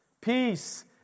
Peace